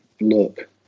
look